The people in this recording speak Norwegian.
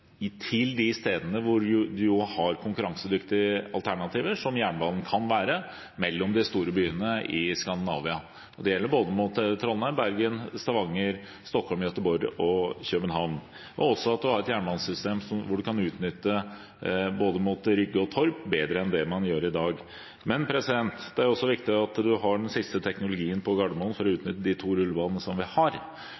Gardermoen til de stedene der man har konkurransedyktige alternativer, som jernbanen kan være, mellom de store byene i Skandinavia – det gjelder både Trondheim, Bergen, Stavanger, Stockholm, Göteborg og København – og også at man har et jernbanesystem som gjør at man kan utnytte Rygge og Torp bedre enn det man gjør i dag. Men det er også viktig at man har den siste teknologien på Gardermoen for å